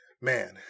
man